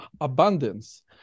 Abundance